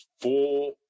Four